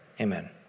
Amen